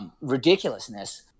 ridiculousness